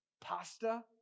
pasta